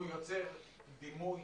יוצר דימוי